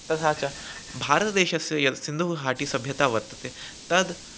तथा च भारतदेशस्य यद् सिन्धुः हाटि सभ्यता वर्तते तद्